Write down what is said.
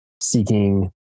seeking